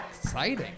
Exciting